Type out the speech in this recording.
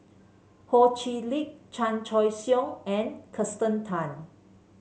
Ho Chee Lick Chan Choy Siong and Kirsten Tan